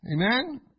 Amen